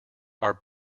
are